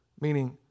Meaning